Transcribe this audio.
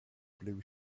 blue